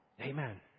Amen